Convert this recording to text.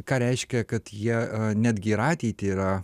ką reiškia kad jie netgi ir ateitį yra